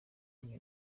hamwe